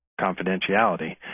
confidentiality